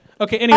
Okay